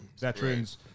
Veterans